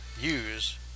Use